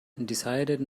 decided